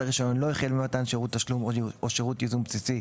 הרישיון לא החל במתן שירות תשלום או שירות ייזום בסיסי,